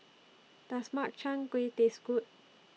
Does Makchang Gui Taste Good